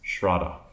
shraddha